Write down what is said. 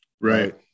Right